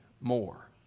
more